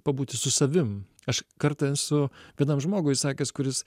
pabūti su savim aš kartą esu vienam žmogui sakęs kuris